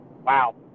Wow